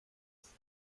ist